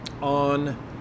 on